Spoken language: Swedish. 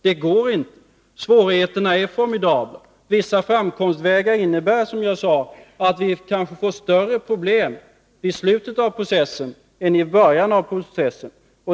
Det går inte — svårigheterna är formidabla. Vissa framkomstvägar innebär att, som jag sade, vi kan få större problem i slutet av processen än i början av den.